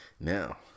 now